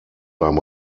beim